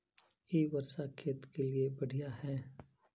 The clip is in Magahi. इ वर्षा खेत के लिए बढ़िया है?